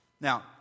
now